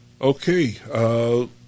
Okay